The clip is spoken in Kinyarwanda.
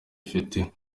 ufite